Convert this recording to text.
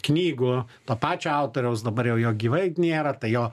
knygų to pačio autoriaus dabar jau jo gyvai nėra tai jo